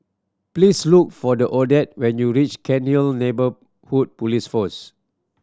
please look for the Odette when you reach Cairnhill Neighbourhood Police Post